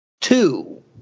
two